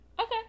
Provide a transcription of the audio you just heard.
Okay